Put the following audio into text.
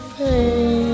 pain